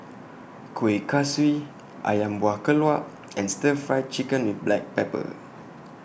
Kueh Kaswi Ayam Buah Keluak and Stir Fry Chicken with Black Pepper